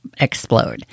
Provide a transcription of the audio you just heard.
Explode